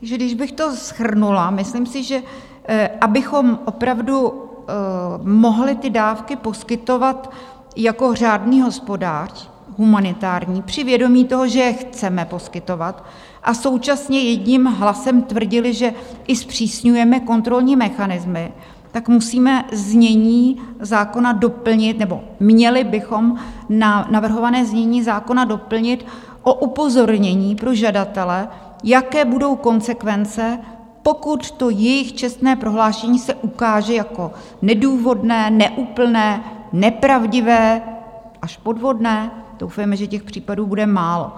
Takže když bych to shrnula, myslím si, že abychom opravdu mohli ty humanitární dávky poskytovat jako řádný hospodář, při vědomí toho, že je chceme poskytovat, a současně jedním hlasem tvrdili, že i zpřísňujeme kontrolní mechanismy, tak musíme znění zákona doplnit nebo měli bychom navrhované znění zákona doplnit o upozornění pro žadatele, jaké budou konsekvence, pokud to jejich čestné prohlášení se ukáže jako nedůvodné, neúplné, nepravdivé až podvodné, doufejme, že těch případů bude málo.